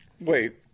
Wait